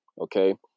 Okay